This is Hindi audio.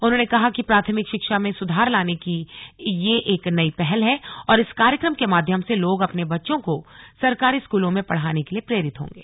उन्होंने कहा कि प्राथमिक शिक्षा में सुधार लाने की यह एक नई पहल है और इस कार्यक्रम के माध्यम से लोग अपने बच्चों को सरकारी स्कूलों में पढ़ाने के लिए प्रेरित होंगे